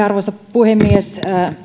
arvoisa puhemies